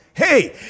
Hey